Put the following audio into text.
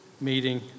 meeting